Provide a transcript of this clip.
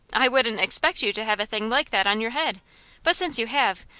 i wouldn't expect you to have a thing like that on your head but since you have,